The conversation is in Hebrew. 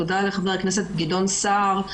תודה לחבר הכנסת גדעון סער.